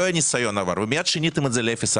לא היה ניסיון עבר, ומיד שיניתם את זה ל-0.4.